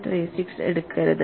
36 എടുക്കരുത്